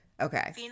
Okay